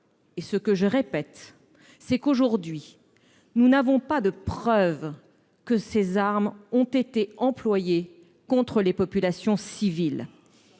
et ce que je répète, c'est qu'aujourd'hui nous n'avons pas de preuve que ces armes ont été employées contre les populations civiles